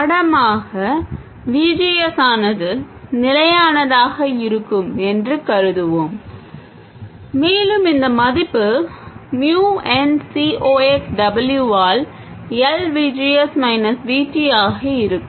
படமாக V G S ஆனது நிலையானதாக இருக்கும் என்று கருதுவோம் மேலும் இந்த மதிப்பு mu n C ox W ஆல் L V G S minus V T ஆக இருக்கும்